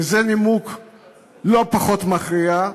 וזה נימוק לא פחות מכריע,